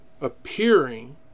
appearing